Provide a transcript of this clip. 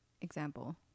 Example